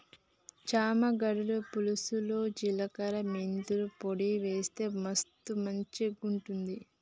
చామ గడ్డల పులుసులో జిలకర మెంతుల పొడి వేస్తె మస్తు మంచిగుంటది